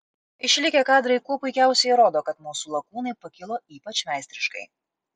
išlikę kadrai kuo puikiausiai įrodo kad mūsų lakūnai pakilo ypač meistriškai